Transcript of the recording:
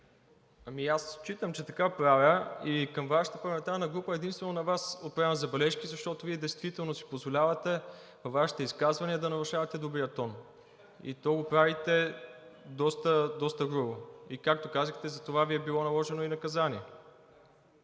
Аз считам, че така правя. Към Вашата парламентарна група единствено на Вас отправям забележки, защото Вие действително си позволявате във Вашите изказвания да нарушавате добрия тон, и то го правите доста грубо, както казахте, затова Ви е било наложено и наказание.